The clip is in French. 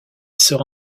sera